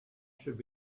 should